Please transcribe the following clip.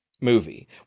movie